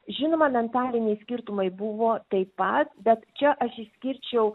žinoma mentaliniai skirtumai buvo taip pat bet čia aš išskirčiau